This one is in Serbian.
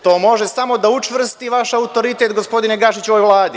To može samo da učvrsti vaš autoritet, gospodine Gašiću, u ovoj Vladi.